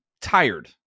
tired